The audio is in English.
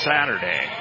Saturday